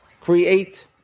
create